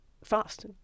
fast